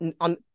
on